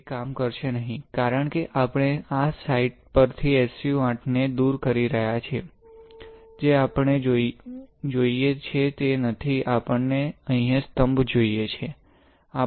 તે કામ કરશે નહીં કારણ કે આપણે આ સાઇટ પરથી SU 8 ને દૂર કરી રહ્યા છીએ જે આપણને જોઈએ છે તે નથી આપણને અહીં સ્તંભ જોઈએ છે